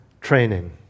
training